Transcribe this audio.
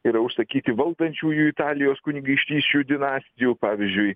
yra užsakyti valdančiųjų italijos kunigaikštysčių dinastijų pavyzdžiui